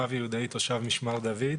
שמי יואב יהודאי תושב משמר דוד.